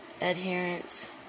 adherence